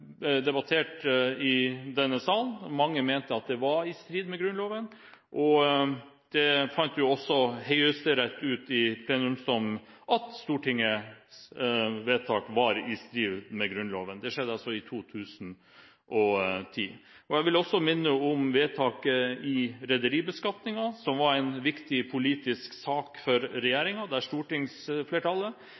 debattert i denne sal. Mange mente at det var i strid med Grunnloven, og Høyesterett fant i plenumsdom også ut at Stortingets vedtak var i strid med Grunnloven. Det skjedde i 2010. Jeg vil også minne om vedtaket om rederibeskatningen, som var en viktig politisk sak for regjeringen, der stortingsflertallet